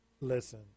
Listen